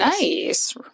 Nice